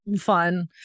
fun